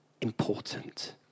important